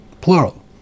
plural